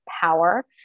power